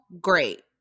great